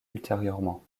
ultérieurement